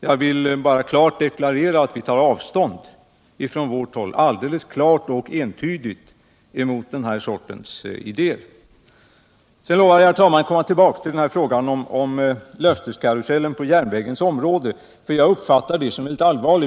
Jag vill bara alldeles entydigt deklarera att vi ifrån vårt håll tar avstånd från den här sortens idéer. Sedan vill jag, herr talman, komma tillbaka till frågan om den här löfteskarusellen på järnvägens område. Jag uppfattar den frågan som allvarlig.